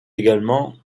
également